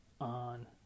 on